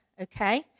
okay